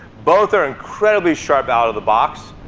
both are incredibly sharp out of the box,